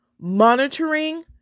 monitoring